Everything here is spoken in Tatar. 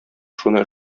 шуны